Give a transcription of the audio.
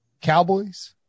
Cowboys